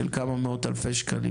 זה היה פיילוט של כמה מאות אלפי שקלים,